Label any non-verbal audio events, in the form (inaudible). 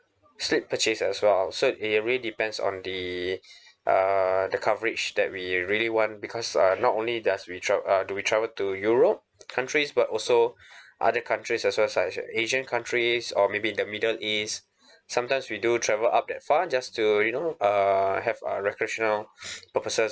split purchase as well so it really depends on the (breath) err the coverage that we really want because uh not only does we trav~ err do we travel to europe countries but also (breath) other countries as well such as asian countries or maybe the middle east sometimes we do travel up that far just to you know uh have uh recreational purposes